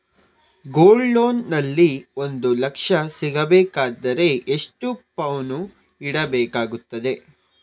Gold loan ನಲ್ಲಿ ಒಂದು ಲಕ್ಷ ಸಿಗಬೇಕಾದರೆ ಎಷ್ಟು ಪೌನು ಇಡಬೇಕಾಗುತ್ತದೆ?